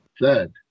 Third